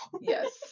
yes